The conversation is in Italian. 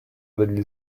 degli